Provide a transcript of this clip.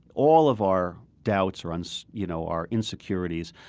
all of our doubts or, and so you know, our insecurities,